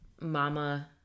Mama